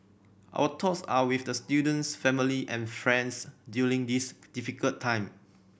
our thoughts are with the student's family and friends during this difficult time